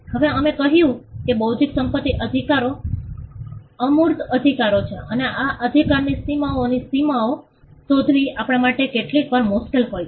હવે અમે કહ્યું છે કે બૌદ્ધિક સંપત્તિ અધિકારો અમૂર્ત અધિકારો છે અને આ અધિકારની સીમાઓની સીમાઓ શોધવી આપણા માટે કેટલીકવાર મુશ્કેલ હોય છે